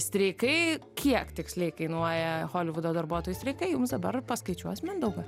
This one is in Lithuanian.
streikai kiek tiksliai kainuoja holivudo darbuotojų streikai jums dabar paskaičiuos mindaugas